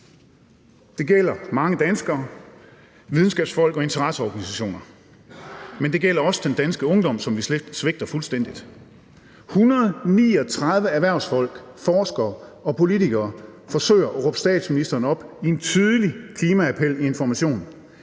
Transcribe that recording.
Det gælder mange danskere, videnskabsfolk og interesseorganisationer. Men det gælder også den danske ungdom, som vi svigter fuldstændig. 139 erhvervsfolk, forskere og politikere forsøger at råbe statsministeren op i en tydelig klimaappel i Information,